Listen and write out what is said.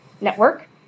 network